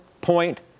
point